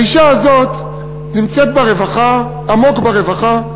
האישה הזאת נמצאת עמוק ברווחה,